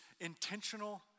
intentional